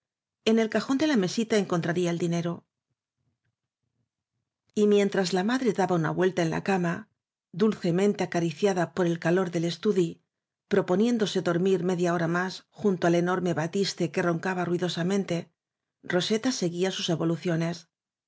en el cajón de la mesita encontraría el dinero y mientras la madre daba una vuelta en la cama dulcemente acariciada por el calor del estudi proponiéndose dormir media hora más junto al enorme batiste que roncaba ruidosa mente roseta seguía sus evoluciones